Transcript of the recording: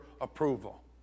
approval